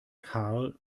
karl